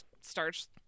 starts